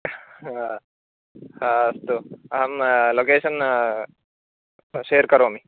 अस्तु अहं location share करोमि